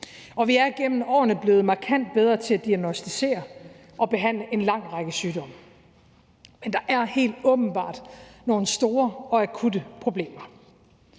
og vi er gennem årene blevet markant bedre til at diagnosticere og behandle en lang række sygdomme. Men der er helt åbenbart nogle store og akutte problemer.